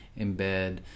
embed